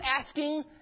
asking